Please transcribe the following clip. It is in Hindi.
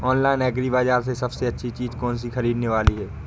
ऑनलाइन एग्री बाजार में सबसे अच्छी चीज कौन सी ख़रीदने वाली है?